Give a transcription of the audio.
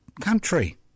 country